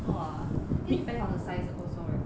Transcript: !wah! think depends on the size also right